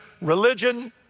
religion